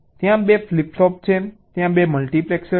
ત્યાં 2 flip flop છે ત્યાં 2 મલ્ટિપ્લેક્સર છે